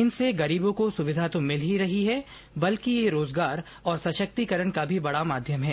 इनसे गरीब को सुविधा तो मिल ही रही है बल्कि ये रोजगार और सशक्तिकरण का भी बड़ा माध्यम है